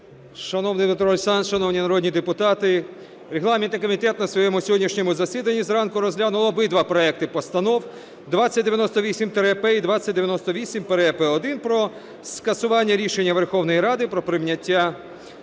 Шановний Дмитре Олександровичу, шановні народні депутати! Регламентний комітет на своєму сьогоднішньому засіданні зранку розглянув обидва проекти постанов 2098-П і 2098-П1 про скасування рішення Верховної Ради про прийняття